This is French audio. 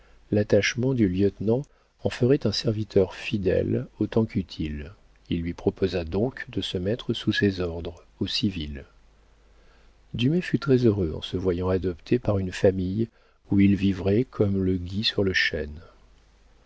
l'attachement du lieutenant en feraient un serviteur fidèle autant qu'utile il lui proposa donc de se mettre sous ses ordres au civil dumay fut très heureux en se voyant adopté par une famille où il vivrait comme le gui sur le chêne